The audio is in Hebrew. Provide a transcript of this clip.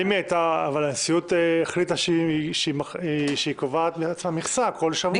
אבל הנשיאות החליטה שהיא קובעת בעצם מכסה כל שבוע.